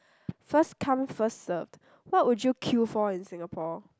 first come first serve what would you queue for in Singapore